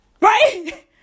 Right